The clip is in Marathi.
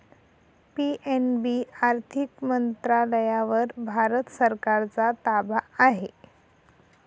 पी.एन.बी आर्थिक मंत्रालयावर भारत सरकारचा ताबा आहे